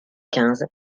quinze